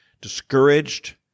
discouraged